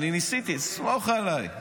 אני ניסיתי, סמוך עליי,